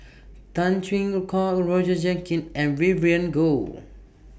Tan Chwee Kok Roger Jenkins and Vivien Goh